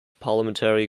parliamentary